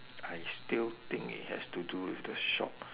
I still think it has to do with the shop